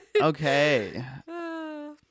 Okay